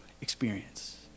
experience